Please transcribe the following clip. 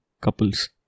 couples